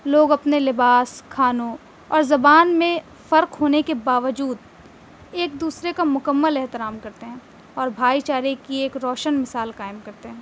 لوگ اپنے لباس کھانوں اور زبان میں فرق ہونے کے باوجود ایک دوسرے کا مکمل احترام کرتے ہیں اور بھائی چارے کی ایک روشن مثال قائم کرتے ہیں